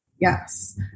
Yes